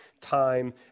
time